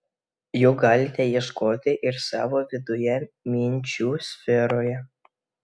jų galite ieškoti ir savo viduje minčių sferoje